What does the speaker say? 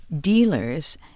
dealers